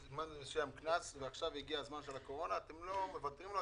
ועכשיו הגיע זמן הקורונה - מוותרים לו?